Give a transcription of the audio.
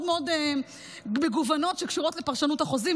מאוד מגוונות שקשורות לפרשנות החוזים.